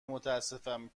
متاسفم